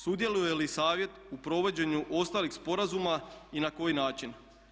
Sudjeluje li Savjet u provođenju ostalih sporazuma i na koji način?